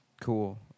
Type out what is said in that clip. Cool